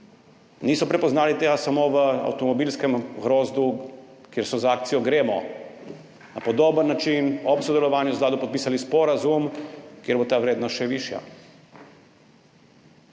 niso prepoznali samo v avtomobilskem grozdu, kjer so z akcijo GREMO na podoben način ob sodelovanju z Vlado podpisali sporazum, kjer bo ta vrednost še višja.